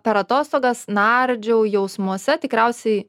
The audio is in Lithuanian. per atostogas nardžiau jausmuose tikriausiai